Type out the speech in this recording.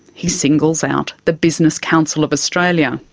he singles out the business council of australia.